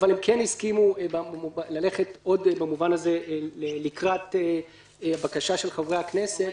אבל הם כן הסכימו ללכת לקראת בקשת חברי הכנסת